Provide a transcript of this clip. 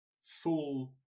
full